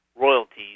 royalties